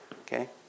okay